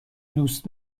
دوست